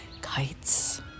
kites